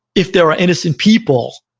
if there are innocent people,